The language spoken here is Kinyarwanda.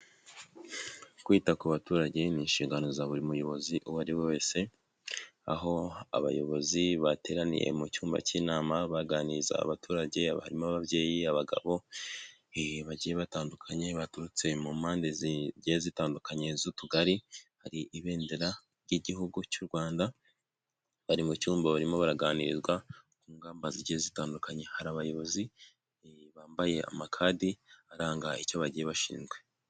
Kwita ku baturage ni inshingano za buri muyobozi uwo ari we wese aho abayobozi bateraniye mu cyumba cy'inama baganiriza abaturage harimo ababyeyi abagabo bagiye batandukanye baturutse mu mpande zi zitandukanye z'utugari . Hari ibendera ry'igihugu cy'u Rwanda bari mu cyumba barimo baraganizwa ku ngamba zigiye zitandukanye hari abayobozi bambaye amakadi aranga icyo bagiye bashinzwe.